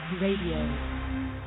Radio